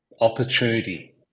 opportunity